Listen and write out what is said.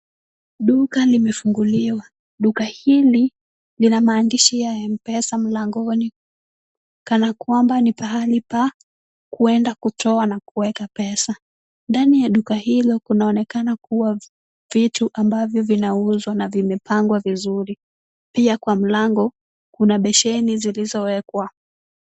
Duka limefunguliwa. Duka hili lina maandishi ya M-Pesa mlangoni, kana kwamba ni pahali pa kwenda kutoa na kuweka pesa. Ndani ya duka hilo kunaonekana kuwa vitu ambavyo vinauzwa na vimepangwa vizuri. Pia kwa mlango kuna besheni zilizowekwa.